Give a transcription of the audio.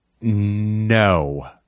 no